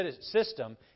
system